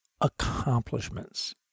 Accomplishments